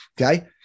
Okay